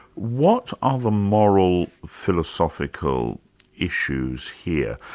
what are the moral philosophical issues here?